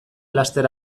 laster